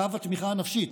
קו התמיכה הנפשית,